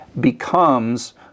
becomes